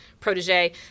protege